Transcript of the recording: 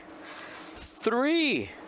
Three